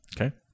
okay